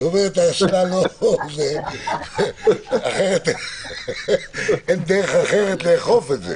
איך אומרים, נשאיר טעות אחת שתהיה נגד עין